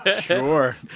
Sure